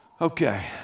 Okay